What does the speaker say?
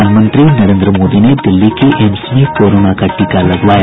प्रधानमंत्री नरेन्द्र मोदी ने दिल्ली के एम्स में कोरोना का टीका लगवाया